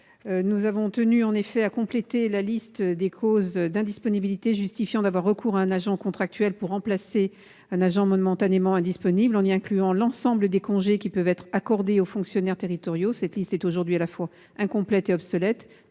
Nous avons tenu en effet à compléter la liste des causes d'indisponibilité justifiant d'avoir recours à un agent contractuel pour remplacer un agent momentanément indisponible, en y incluant l'ensemble des congés qui peuvent être accordés aux fonctionnaires territoriaux. En effet, cette liste est aujourd'hui à la fois incomplète et obsolète,